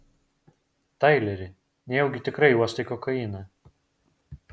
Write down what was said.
taileri nejaugi tikrai uostai kokainą